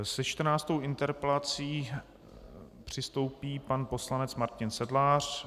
Se čtrnáctou interpelací přistoupí pan poslanec Martin Sedlář.